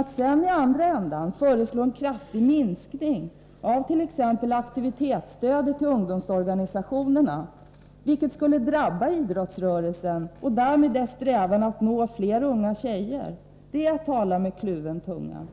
Att sedan i andra änden föreslå en kraftig minskning av t.ex. aktivitetsstödet till ungdomsorganisationerna — vilket skulle drabba idrottsrörelsen och därmed dess strävan att nå fler unga tjejer — det är att tala med kluven tunga.